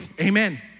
Amen